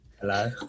Hello